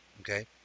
okay